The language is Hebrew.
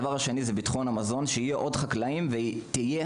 2. ביטחון המזון: שיהיו עוד חקלאים ותהיה